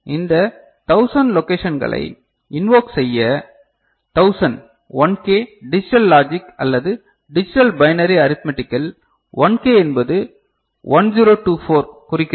இந்த 1000 லோக்கேஷன்களை இன்வோக் செய்ய 1000 1 கே டிஜிட்டல் லாஜிக் அல்லது டிஜிட்டல் பைனரி அரித்மெடிக்கில் 1 கே என்பது 1024 ஐ குறிக்கிறது